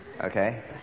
Okay